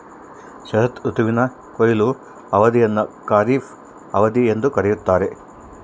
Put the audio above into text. ಶರತ್ ಋತುವಿನ ಕೊಯ್ಲು ಅವಧಿಯನ್ನು ಖಾರಿಫ್ ಅವಧಿ ಎಂದು ಕರೆಯುತ್ತಾರೆ